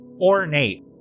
ornate